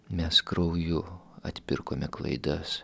mes krauju atpirkome klaidas